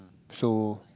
so